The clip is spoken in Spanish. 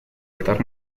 altar